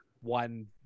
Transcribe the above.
one